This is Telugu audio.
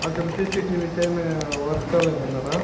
అక్కడ సీసీ టీవీస్ ఏమి వర్క్ కాలేదన్నారా